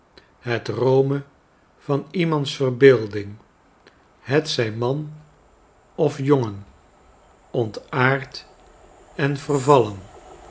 het rome van iemands verbeelding hetzij man of jongen ontaard en vervallen